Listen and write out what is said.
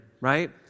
right